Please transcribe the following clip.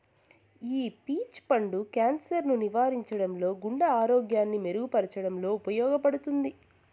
ఈ పీచ్ పండు క్యాన్సర్ ను నివారించడంలో, గుండె ఆరోగ్యాన్ని మెరుగు పరచడంలో ఉపయోగపడుతుంది